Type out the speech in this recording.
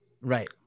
right